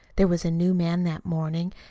there was a new man that morning,